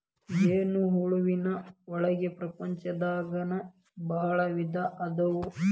ಜೇನ ಹುಳುವಿನ ಒಳಗ ಪ್ರಪಂಚದಾಗನ ಭಾಳ ವಿಧಾ ಅದಾವ